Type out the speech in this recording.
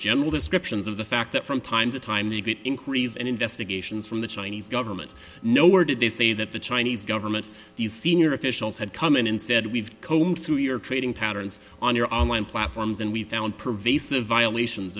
general descriptions of the fact that from time to time they get increase and investigations from the chinese government know or did they say that the chinese government these senior officials had come in and said we've combed through your trading patterns on your online platforms and we've found pervasive violations